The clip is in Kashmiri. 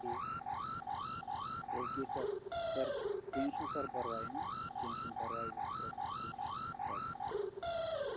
ٹھیٖک او کے سَر سَر کیٚنٛہہ چھُنہٕ سَر پَرواے کیٚنٛہہ چھُنہٕ پَرواے أسۍ کَرو کوٗشِش سر